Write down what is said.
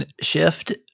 shift